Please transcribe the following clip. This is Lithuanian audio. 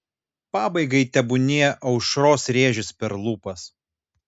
pabaigai tebūnie aušros rėžis per lūpas